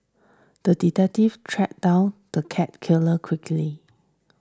the detective tracked down the cat killer quickly